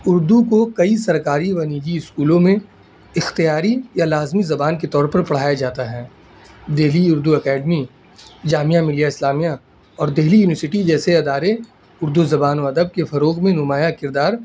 اردو کو کئی سرکاری و نجی اسکولوں میں اختیاری یا لازمی زبان کے طور پر پڑھایا جاتا ہے دہلی اردو اکیڈمی جامعہ ملیہ اسلامیہ اور دہلی یونیورسٹی جیسے ادارے اردو زبان و ادب کے فروغ میں نمایاں کردار